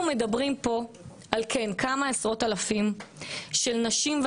אנחנו מדברים פה על כמה עשרות אלפי אנשים נשים,